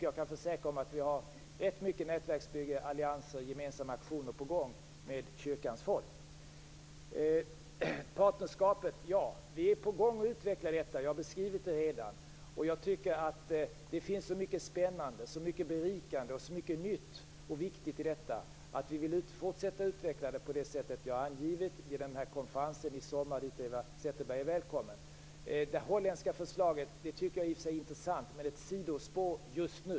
Jag kan försäkra att vi har mycket nätverksbyggande, allianser och gemensamma aktioner på gång med kyrkans folk. Vi är på gång med att utveckla partnerskapet. Jag har redan beskrivit det. Det finns så mycket spännande, berikande och nytt och viktigt i detta att vi vill fortsätta utvecklingen på det sätt jag har angivit vid konferensen i sommar, dit Eva Zetterberg är välkommen. Det holländska förslaget är intressant, men är ett sidospår just nu.